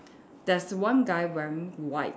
there's one guy wearing white